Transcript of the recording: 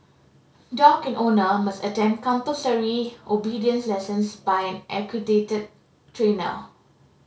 dog and owner must attend compulsory obedience lessons by an accredited trainer